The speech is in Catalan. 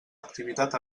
activitat